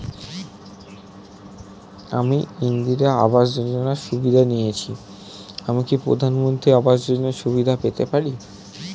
আমি ইন্দিরা আবাস যোজনার সুবিধা নেয়েছি আমি কি প্রধানমন্ত্রী আবাস যোজনা সুবিধা পেতে পারি?